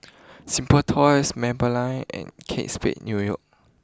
Simply Toys Maybelline and Kate Spade new York